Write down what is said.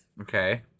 Okay